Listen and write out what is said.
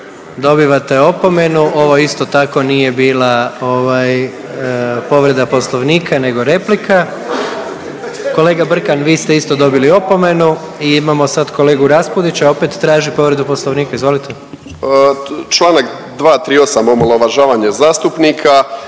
dobivate opomenu ovo isto tako nije bila povreda Poslovnika nego replika. Kolega Brkan vi ste isto dobili opomenu. I imamo sad kolegu Raspudića opet traži povredu Poslovnika. Izvolite. **Raspudić, Nino (MOST)** Članak 238., omalovažavanje zastupnika.